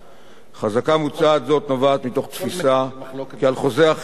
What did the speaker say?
חזקה מוצעת זאת נובעת מתוך תפיסה כי על חוזה אחיד להכיל את